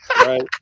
right